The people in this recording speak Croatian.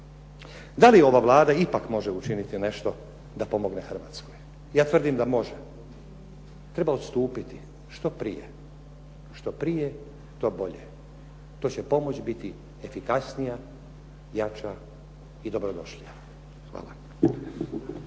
da li ova Vlada ipak može učiniti nešto da pomogne Hrvatskoj. Ja tvrdim da može. Treba odstupiti što prije, što prije to bolje. To će pomoć biti efikasnija, jača i dobrodošlija. Hvala.